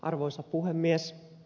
arvoisa puhemies